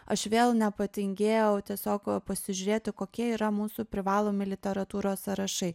aš vėl nepatingėjau tiesiog pasižiūrėti kokie yra mūsų privalomi literatūros sąrašai